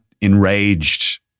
enraged